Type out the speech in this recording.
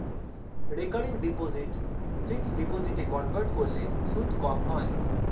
recurring deposit fixed ডিপোজিটে convert করলে সুদ কম হয়